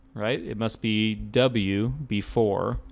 right? it must be w before